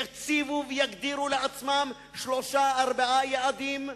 יציבו ויגדירו לעצמם שלושה-ארבעה יעדים,